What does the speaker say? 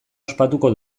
ospatuko